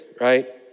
right